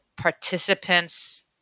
participants